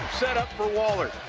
set ah for wahlert,